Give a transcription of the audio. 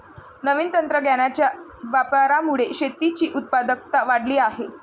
नवीन तंत्रज्ञानाच्या वापरामुळे शेतीची उत्पादकता वाढली आहे